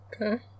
Okay